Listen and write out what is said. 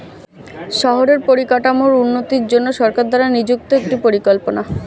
শহরের পরিকাঠামোর উন্নতির জন্য সরকার দ্বারা নিযুক্ত একটি পরিকল্পনা